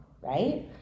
right